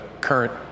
current